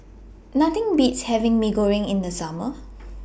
Nothing Beats having Mee Goreng in The Summer